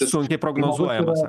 sunkiai prognozuojamas